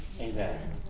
Amen